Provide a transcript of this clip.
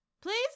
Please